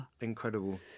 incredible